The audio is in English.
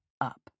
up